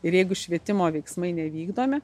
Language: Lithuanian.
ir jeigu švietimo veiksmai nevykdomi